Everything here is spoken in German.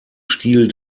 stil